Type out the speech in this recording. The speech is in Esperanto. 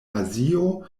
azio